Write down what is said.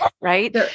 right